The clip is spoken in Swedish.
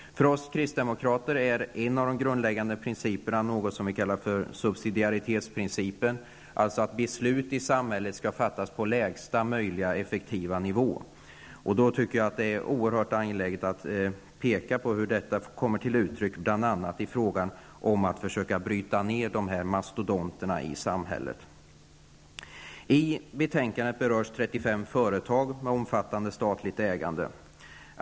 För oss kristdemokrater är en av de grundläggande principerna något som vi kallar subsidiaritetsprincipen, dvs. att beslut i samhället skall fattas på lägsta möjliga effektiva nivå. Då tycker jag att det är oerhört angeläget att peka på hur detta kommer till uttryck bl.a. när det gäller att försöka bryta ned de här mastodonterna i samhället. I betänkandet berörs 35 företag med omfattande statligt ägande.